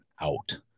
out